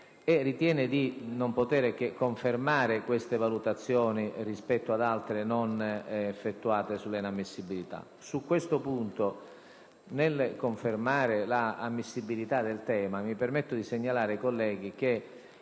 Ritiene di non potere che confermare queste valutazioni rispetto ad altre che, invece, non sono state effettuate. Su questo punto, nel confermare l'ammissibilità del tema, mi permetto di segnalare ai colleghi che